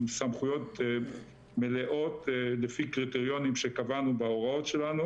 עם סמכויות מלאות לפי קריטריונים שקבענו בהוראות שלנו.